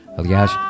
aliás